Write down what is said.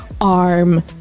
arm